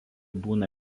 būna